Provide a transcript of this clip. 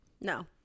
No